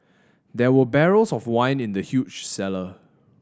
there were barrels of wine in the huge cellar